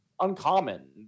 uncommon